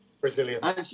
Brazilian